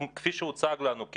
כפי שהוצג לנו,